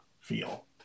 feel